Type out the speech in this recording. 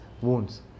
wounds